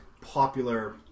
popular